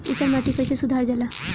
ऊसर माटी कईसे सुधार जाला?